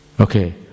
Okay